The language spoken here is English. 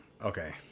okay